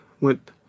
went